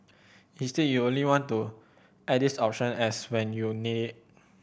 instead you only want to add this option as when you need